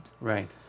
Right